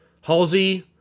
Halsey